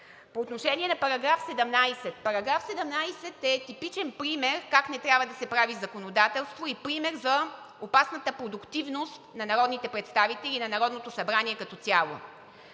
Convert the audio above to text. По отношение на § 17 –§ 17 е типичен пример как не трябва да се прави законодателство и пример за опасната продуктивност на народните представители и на Народното събрание като цяло.